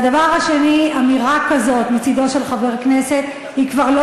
והדבר השני: אמירה כזאת מצדו של חבר כנסת היא כבר לא